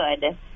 good